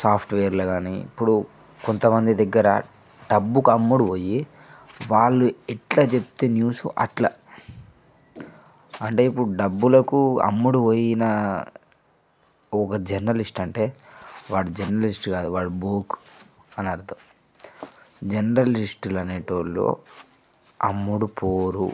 సాఫ్ట్వేర్లు గానీ ఇప్పుడు కొంతమంది దగ్గర డబ్బుకు అమ్ముడుపోయి వాళ్ళు ఎట్లా చెప్తే న్యూస్ అట్లా అంటే ఇప్పుడు డబ్బులకు అమ్ముడు పోయిన ఒక జర్నలిస్ట్ అంటే వాడు జర్నలిస్ట్ కాదు వాడు బోకు అనర్థం జర్నలిస్ట్ అనేటోళ్లు అమ్ముడు పోరు